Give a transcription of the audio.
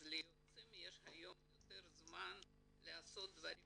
אז ליועצים יש היום יותר זמן לעשות דברים